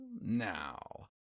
now